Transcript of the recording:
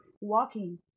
walking